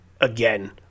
again